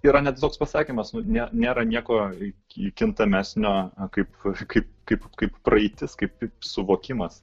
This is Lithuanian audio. yra net toks pasakymas ne nėra nieko kintamesnio kaip kaip kaip kaip praeitis kaip suvokimas